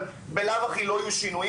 אבל בלאו הכי לא יהיו שינויים,